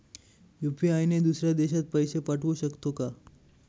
UPI ने दुसऱ्या देशात पैसे पाठवू शकतो का?